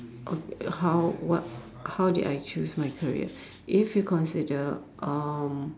oh how what how did I choose my career if you consider um